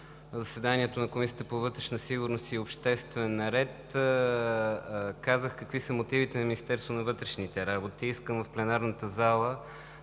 заседанието на Комисията по вътрешна сигурност и обществен ред казах какви са мотивите на Министерството на вътрешните работи. Искам в пленарната зала